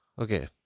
okay